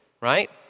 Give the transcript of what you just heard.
Right